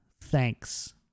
Thanks